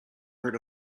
heard